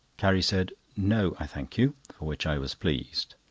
carrie said no, i thank you, for which i was pleased.